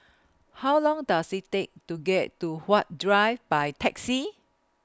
How Long Does IT Take to get to Huat Drive By Taxi